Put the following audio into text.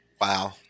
Wow